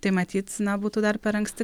tai matyt na būtų dar per anksti